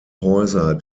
häuser